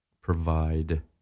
provide